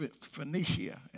Phoenicia